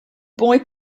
boy